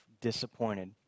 disappointed